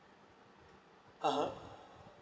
(uh huh)